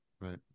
Right